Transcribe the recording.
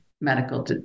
medical